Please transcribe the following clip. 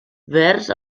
vers